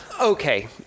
Okay